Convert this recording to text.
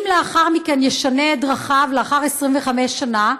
אם לאחר מכן ישנה את דרכיו, לאחר 25 שנה,